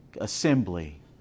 assembly